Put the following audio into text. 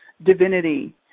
divinity